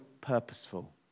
purposeful